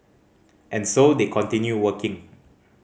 and so they continue working